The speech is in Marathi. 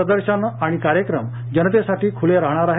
प्रदर्शना आणि कार्यक्रम जनतेसाठी खुले राहणार आहेत